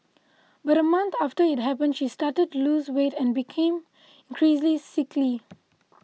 but a month after it happened she started to lose weight and became increasingly sickly